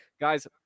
Guys